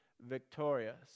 victorious